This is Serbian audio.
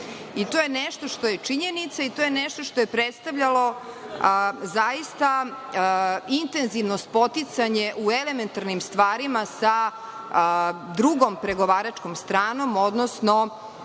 je nešto što je činjenica i što je predstavljalo zaista intenzivno spoticanje u elementarnim stvarima sa drugom pregovaračkom stranom, odnosno